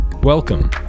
Welcome